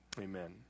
Amen